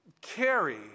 carry